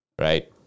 Right